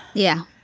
yeah,